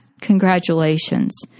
congratulations